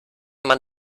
man